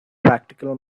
practical